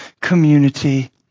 community